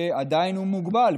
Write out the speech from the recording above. שעדיין הוא מוגבל,